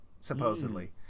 supposedly